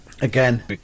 Again